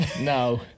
No